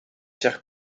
chers